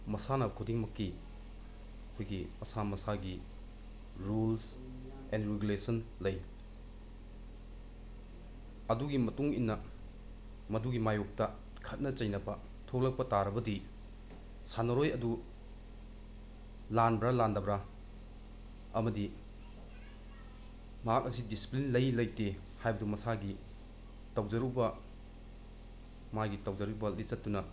ꯃꯁꯥꯟꯅ ꯈꯨꯗꯤꯡꯃꯛꯀꯤ ꯑꯩꯈꯣꯏꯒꯤ ꯃꯁꯥ ꯃꯁꯥꯒꯤ ꯔꯨꯜꯁ ꯑꯦꯟ ꯔꯤꯒꯨꯂꯦꯁꯟ ꯂꯩ ꯑꯗꯨꯒꯤ ꯃꯇꯨꯡꯏꯟꯅ ꯃꯗꯨꯒꯤ ꯃꯥꯌꯣꯛꯇ ꯈꯠꯅ ꯆꯩꯅꯕ ꯊꯣꯛꯂꯛꯄ ꯇꯥꯔꯕꯗꯤ ꯁꯥꯟꯅꯔꯣꯏ ꯑꯗꯨ ꯂꯥꯟꯕ꯭ꯔ ꯂꯥꯟꯗꯕ꯭ꯔ ꯑꯃꯗꯤ ꯃꯍꯥꯛ ꯑꯁꯤ ꯗꯤꯁꯤꯄ꯭ꯂꯤꯟ ꯂꯩ ꯂꯩꯇꯦ ꯍꯥꯏꯕꯗꯨ ꯃꯁꯥꯒꯤ ꯇꯧꯖꯔꯨꯕ ꯃꯥꯒꯤ ꯇꯧꯖꯔꯨꯕ ꯂꯤꯆꯠꯇꯨꯅ